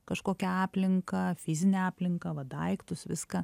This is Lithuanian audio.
kažkokią aplinką fizinę aplinką va daiktus viską